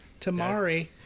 Tamari